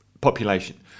population